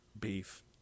beef